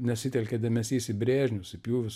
nesitelkė dėmesys į brėžinius į pjūvius